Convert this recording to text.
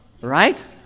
right